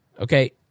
Okay